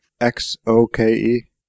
X-O-K-E